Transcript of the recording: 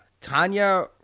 Tanya